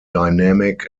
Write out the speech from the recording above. dynamic